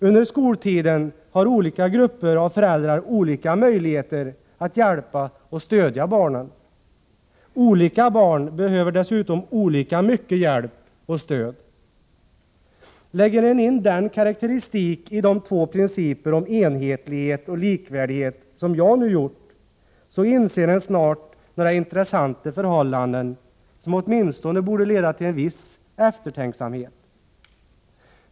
Under skoltiden har olika grupper av föräldrar olika möjligheter att hjälpa och stödja barnen. Olika barn behöver dessutom olika mycket hjälp och stöd. Lägger man in den karakteristik i de två principerna om enhetlighet och likvärdighet som jag nu gjort, inser man snart några intressanta förhållanden, som åtminstone borde leda till en viss eftertänksamhet.